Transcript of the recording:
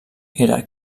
era